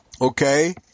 okay